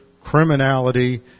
criminality